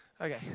Okay